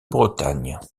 bretagne